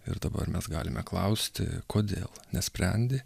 ir dabar mes galime klausti kodėl nesprendė